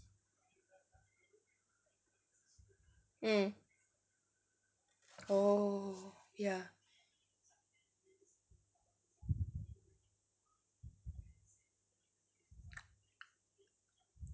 mm oh ya